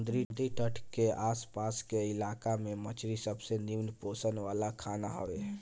समुंदरी तट के आस पास के इलाका में मछरी सबसे निमन पोषण वाला खाना हवे